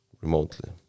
remotely